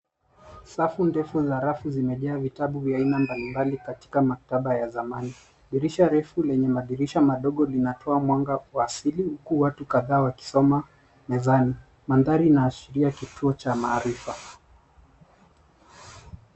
Safu ndefu za rafu zimejaa vitabu vya aina mbalimbali katika maktaba ya zamani .Dirisha refu lenye madirisha madogo linatoa mwanga kwa asili huku watu kadhaa wakisoma mezani,.Mandhari inaashiria kituo cha maarifa.